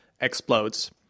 explodes